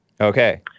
Okay